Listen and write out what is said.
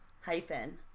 hyphen